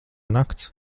nakts